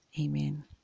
Amen